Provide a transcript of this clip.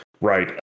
Right